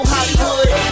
Hollywood